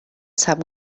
sap